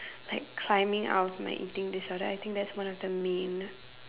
like climbing out my eating disorder I think that's one of the main